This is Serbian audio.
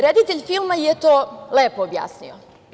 Reditelj filma je to lepo objasnio.